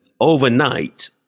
overnight